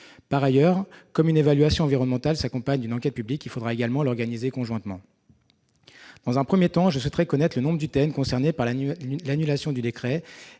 Par ailleurs, comme une évaluation environnementale s'accompagne d'une enquête publique, il faudra également l'organiser conjointement. Dans un premier temps, je souhaiterais connaître le nombre d'UTN concernées par l'annulation du décret